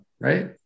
right